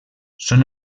són